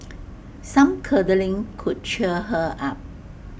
some cuddling could cheer her up